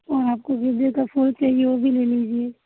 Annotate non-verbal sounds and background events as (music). और आपको (unintelligible) का फूल भी चाहिए वह भी ले लीजिए